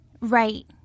Right